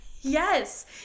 Yes